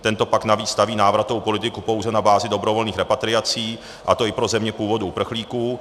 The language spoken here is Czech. Tento pakt navíc staví návratovou politiku pouze na bázi dobrovolných repatriací, a to i pro země původu uprchlíků.